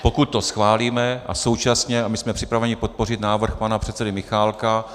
Pokud to schválíme, a současně a my jsme připraveni podpořit návrh pana předsedy Michálka.